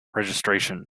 registration